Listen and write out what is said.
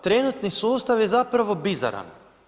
Trenutni sustav je zapravo bizaran.